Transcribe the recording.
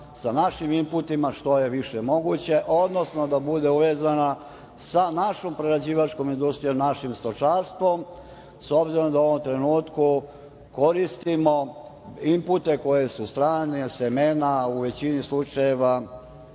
sa našim imputima, što je više moguće, odnosno da bude uvezana sa našom prerađivačkom industrijom, našim stočarstvom, s obzirom da u ovom trenutku koristimo impute koji su strana semena, u većini slučajeva